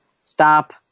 stop